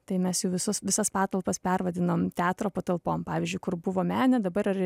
tai mes jų visus visas patalpas pervadinam teatro patalpom pavyzdžiui kur buvo menė dabar yra